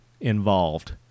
involved